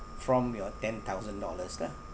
from your ten thousand dollars lah